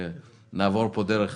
ונעבור פה דרך